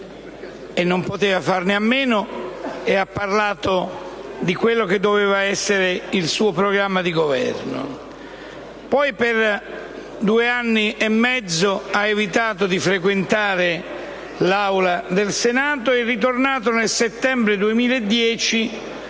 - non poteva farne a meno - e ha parlato di quello che doveva essere il suo programma di Governo; per due anni e mezzo ha evitato di frequentare l'Aula del Senato ed è ritornato nel settembre del